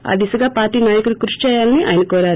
ఆ దిశగోపార్టీ నాయకులు కృషి చేయాలని ఆయన కోరారు